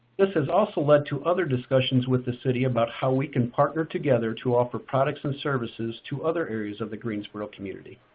this has also led to other discussions with the city about how we can partner together to offer products and services to other areas of the greensboro community.